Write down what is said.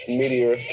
meteor